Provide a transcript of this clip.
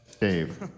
Dave